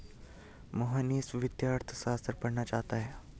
मोहनीश वित्तीय अर्थशास्त्र पढ़ना चाहता है